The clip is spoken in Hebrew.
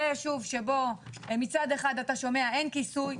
זה יישוב שבו מצד אחד אתה שומע אין כיסוי,